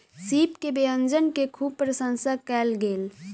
सीप के व्यंजन के खूब प्रसंशा कयल गेल